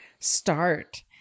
start